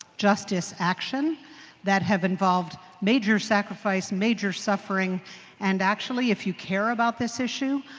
justice action that have involved major sacrifice, major suffering and actually, if you care about this issue,